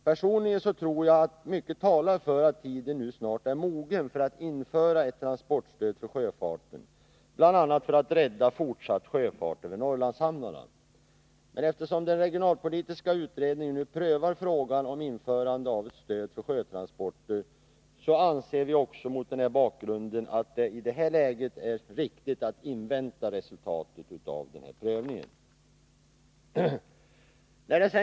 Personligen tror jag att mycket talar för att tiden nu snart är mogen för att införa ett transportstöd för sjöfarten, bl.a. för att rädda fortsatt sjöfart över Norrlandshamnarna. Men eftersom den regionalpolitiska utredningen nu prövar frågan om införande av ett stöd för sjötransporter, anser vi att det i det här läget är riktigt att invänta resultatet av den prövningen.